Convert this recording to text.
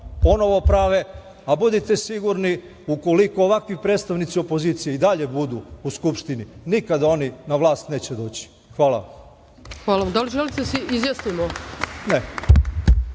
ponovo prave, a budite sigurni, ukoliko ovakvi predstavnici opozicije i dalje budu u Skupštini, nikada oni na vlast neće doći. Hvala. **Ana Brnabić** Hvala. Da li želite da se